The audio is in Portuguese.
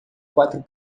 quatro